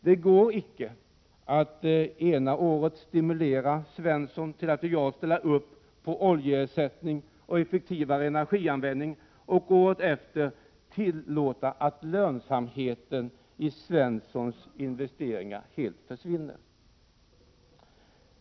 Det går icke att ena året stimulera Svensson till att lojalt ställa upp på oljeersättning och effektivare energianvändning, och året därefter tillåta att lönsamheten i Svenssons investeringar helt försvinner.